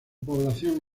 población